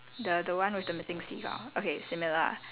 the the one with the missing Cs ah okay similar ah